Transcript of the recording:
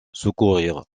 secourir